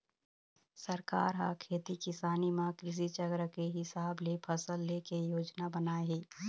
सरकार ह खेती किसानी म कृषि चक्र के हिसाब ले फसल ले के योजना बनाए हे